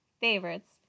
favorites